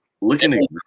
Looking